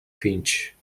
finch